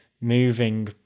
moving